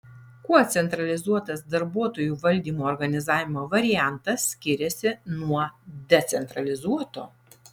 kuo centralizuotas darbuotojų valdymo organizavimo variantas skiriasi nuo decentralizuoto